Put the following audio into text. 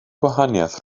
gwahaniaeth